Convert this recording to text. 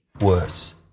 worse